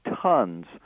tons